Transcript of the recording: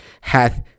hath